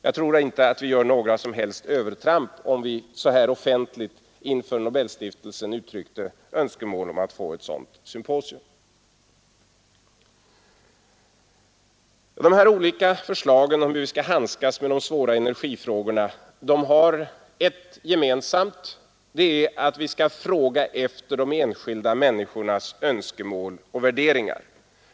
Jag tror inte vi gör något som helst övertramp om vi så här offentligt inför Nobelstiftelsen uttrycker önskemål om att få ett sådant symposium. Mina olika förslag om hur vi skall handskas med de svåra energifrågorna har ett gemensamt drag, nämligen att vi skall fråga efter de enskilda människornas önskemål och värderingar.